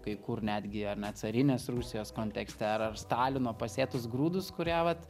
kai kur netgi ar net carinės rusijos kontekste ar stalino pasėtus grūdus kurie vat